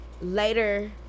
Later